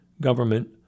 government